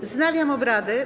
Wznawiam obrady.